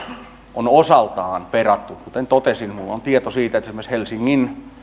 on osaltaan perattu kuten totesin minulla on tieto siitä että esimerkiksi helsingin